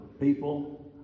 people